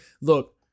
look